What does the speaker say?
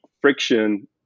friction